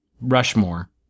Rushmore